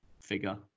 figure